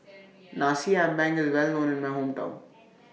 Nasi Ambeng IS Well known in My Hometown